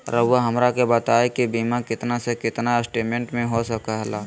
रहुआ हमरा के बताइए के बीमा कितना से कितना एस्टीमेट में हो सके ला?